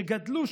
שגדלו,